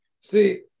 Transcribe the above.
see